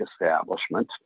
establishment